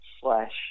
slash